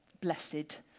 blessed